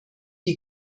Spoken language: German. die